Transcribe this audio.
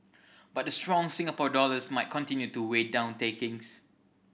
but the strong Singapore dollars might continue to weigh down takings